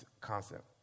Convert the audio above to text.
concept